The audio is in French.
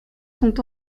sont